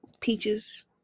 peaches